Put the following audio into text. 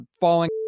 falling